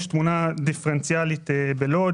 יש תמונה דיפרנציאלית בלוד,